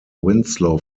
winslow